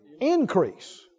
Increase